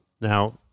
Now